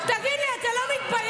תגיד לי, אתה לא מתבייש?